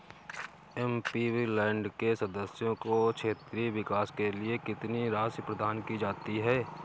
MP land के सदस्यों को क्षेत्रीय विकास के लिए कितनी राशि प्रदान की जाती है?